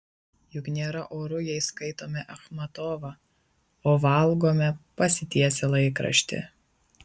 juk nėra oru jei skaitome achmatovą o valgome pasitiesę laikraštį